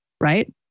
right